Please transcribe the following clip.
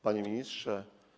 Panie Ministrze!